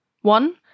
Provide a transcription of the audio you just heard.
One